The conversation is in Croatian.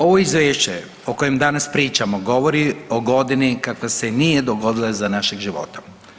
Ovo Izvješće o kojem danas pričamo govori o godini kakva se nije dogodila za našeg života.